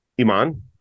Iman